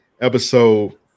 Episode